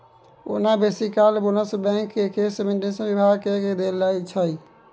ओना बेसी काल बोनस बैंक केर इंवेस्टमेंट बिभाग केँ देल जाइ छै